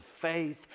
faith